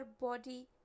body